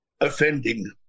offending